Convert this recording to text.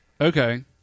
Okay